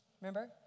Remember